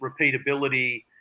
repeatability